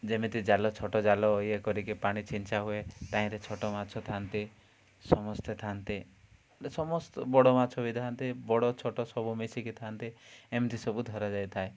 ଯେମିତି ଜାଲ ଛୋଟ ଜାଲ ଇଏ କରିକି ପାଣି ଛିଞ୍ଚା ହୁଏ ତାହିଁରେ ଛୋଟ ମାଛ ଥାଆନ୍ତେ ସମସ୍ତେ ଥାଆନ୍ତେ ସମସ୍ତେ ବଡ଼ ମାଛ ବି ଥାନ୍ତେ ବଡ଼ ଛୋଟ ସବୁ ମିଶିକି ଥାଆନ୍ତେ ଏମିତି ସବୁ ଧରାଯାଇ ଥାଏ